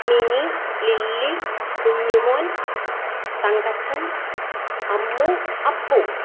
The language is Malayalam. മിനി ലില്ലി കുഞ്ഞുമോൻ തങ്കച്ചൻ അമ്മു അപ്പു